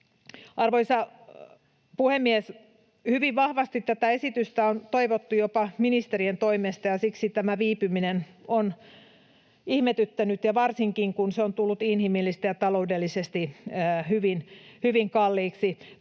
Arvoisa puhemies! Hyvin vahvasti tätä esitystä on toivottu jopa ministerien toimesta, ja siksi tämä viipyminen on ihmetyttänyt, varsinkin, kun se on tullut inhimillisesti ja taloudellisesti hyvin, hyvin kalliiksi.